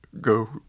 go